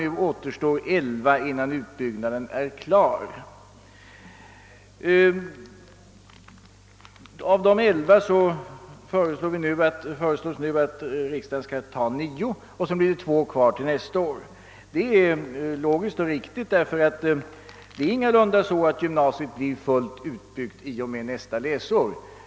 Det återstår nu att inrätta elva tjänster, innan utbyggnaden är klar. Statsutskottet föreslår att av dessa nio inrättas sju i år, och det skulle alltså bli två kvar till nästa år. Detta är logiskt och riktigt, ty gymnasiet är ingalunda fullt utbyggt nästa läsår.